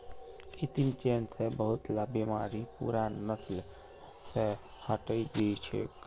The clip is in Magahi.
कृत्रिम चयन स बहुतला बीमारि पूरा नस्ल स हटई दी छेक